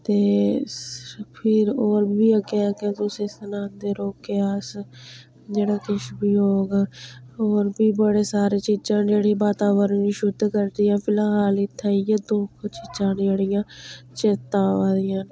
ते फेर होर बी अग्गें अग्गें तुसेंगी सनांदे रौह्गे अस जेहड़ा किश बी होग होर बी बड़े सारियां चीजां न जेह्ड़ियां वातावरण गी शुद्ध करदियां फिलहाल इत्थै इ'यै दो चीजां न जेह्ड़ियां चेता आवा दियां